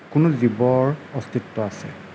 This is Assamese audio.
কোনো জীৱৰ অস্তিত্ব আছে